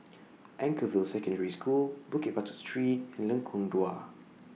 Anchorvale Secondary School Bukit Batok Street and Lengkong Dua